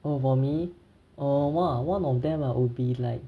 oh for me oh one of them ah will be like